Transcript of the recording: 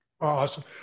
Awesome